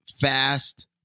fast